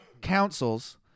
councils